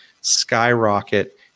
skyrocket